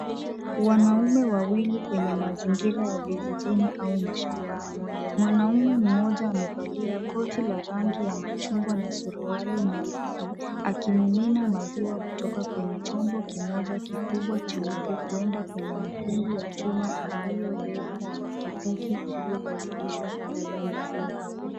Wanaume wawili kwenye mazingira ya vijijini au mashambani. Mwanamume mmoja amevalia koti la rangi ya machungwa na suruali nyeusi akimimina maziwa kutoka kwenye chombo kimoja kikubwa cheupe kuenda kwenye mtungi ya chuma iliyobeba na pikipiki iliyobadilishwa kubeba mizigo.